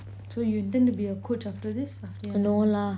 so you intend to be a coach after this after